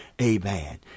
Amen